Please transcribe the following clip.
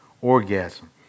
orgasm